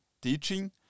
teaching